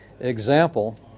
example